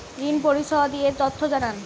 ঋন পরিশোধ এর তথ্য জানান